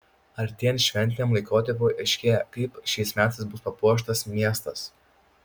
artėjant šventiniam laikotarpiui aiškėja kaip šiais metais bus papuoštas miestas